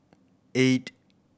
eight